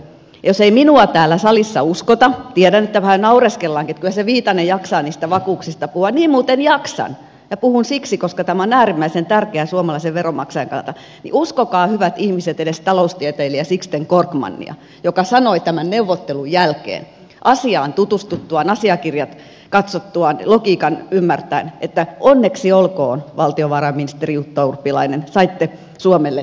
jos ei minua täällä salissa uskota tiedän että vähän naureskellaankin että kyllä se viitanen jaksaa niistä vakuuksista puhua niin muuten jaksan ja puhun siksi koska tämä on äärimmäisen tärkeää suomalaisen veronmaksajan kannalta niin uskokaa hyvät ihmiset edes taloustieteilijä sixten korkmania joka sanoi tämän neuvottelun jälkeen asiaan tutustuttuaan asiakirjat katsottuaan logiikan ymmärtäen että onneksi olkoon valtiovarainministeri jutta urpilainen saitte suomelle hyvät vakuudet